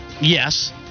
Yes